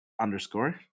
underscore